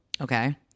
Okay